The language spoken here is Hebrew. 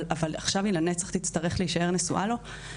אבל עכשיו היא לנצח תצטרך להישאר נשואה לו?